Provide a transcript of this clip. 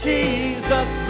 Jesus